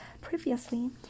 Previously